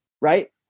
right